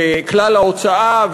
כלל ההוצאה,